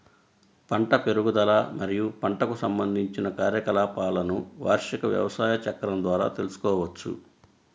పంట పెరుగుదల మరియు పంటకు సంబంధించిన కార్యకలాపాలను వార్షిక వ్యవసాయ చక్రం ద్వారా తెల్సుకోవచ్చు